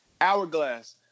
Hourglass